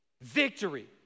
victory